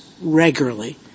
regularly